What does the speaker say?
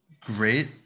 great